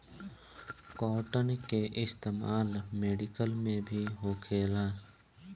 cotton के इस्तेमाल medical में भी होखेला